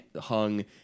hung